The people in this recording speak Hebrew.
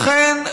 לכן,